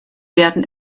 werden